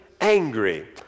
angry